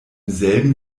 selben